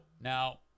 now